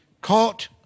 caught